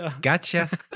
Gotcha